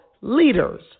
leaders